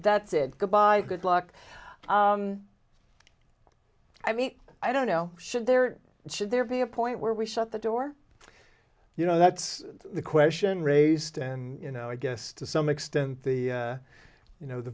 that's it good bye good luck i mean i don't know should there should there be a point where we shut the door you know that's the question raised and you know i guess to some extent the you know the